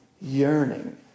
yearning